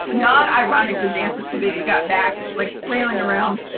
not ironically, dancing to baby got back like flailing around,